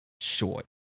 short